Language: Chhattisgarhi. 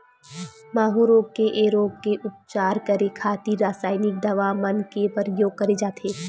माहूँ रोग ऐ रोग के उपचार करे खातिर रसाइनिक दवा मन के परियोग करे जाथे